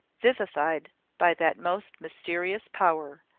vivified by that most mysterious power,